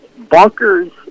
bonkers